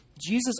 Jesus